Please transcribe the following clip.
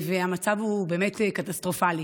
המצב הוא באמת קטסטרופלי.